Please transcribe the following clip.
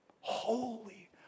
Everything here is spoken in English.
Holy